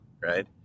right